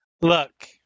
Look